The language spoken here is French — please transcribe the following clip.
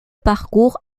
parcours